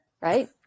right